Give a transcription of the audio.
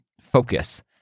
focus